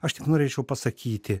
aš tik norėčiau pasakyti